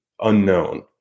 unknown